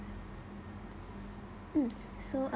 mm so